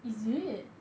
is it